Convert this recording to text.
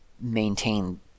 maintain